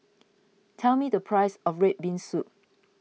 tell me the price of Red Bean Soup